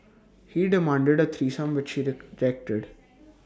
he demanded A threesome which she rejected